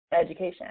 education